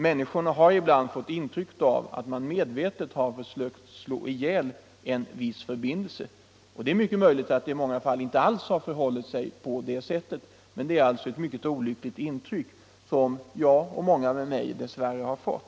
Människorna har i vissa sammanhang fått intrycket att man medvetet sökt slå ihjäl en viss förbindelse. Det är möjligt att det i en del fall inte alls har förhållit sig på det sättet, men det är alltså ett mycket olyckligt intryck som jag och många med mig dess värre har fått.